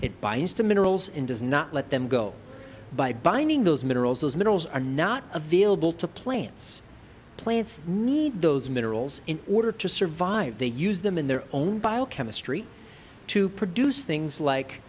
it binds to minerals and does not let them go by binding those minerals those minerals are not available to plants plants need those minerals in order to survive they use them in their own bio chemistry to produce things like